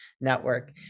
network